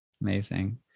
Amazing